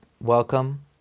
welcome